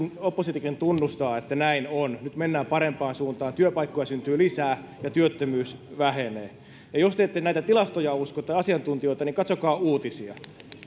oppositiokin tunnustaa että näin on nyt mennään parempaan suuntaan työpaikkoja syntyy lisää ja työttömyys vähenee jos te ette näitä tilastoja tai asiantuntijoita usko niin katsokaa uutisia